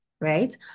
right